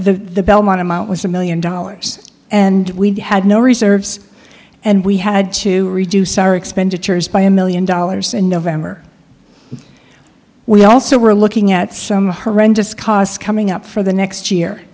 the belmont amount was a million dollars and we had no reserves and we had to reduce our expenditures by a million dollars in november we also were looking at some horrendous costs coming up for the next year